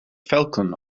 falcon